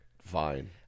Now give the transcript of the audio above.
fine